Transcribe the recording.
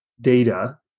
data